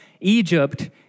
Egypt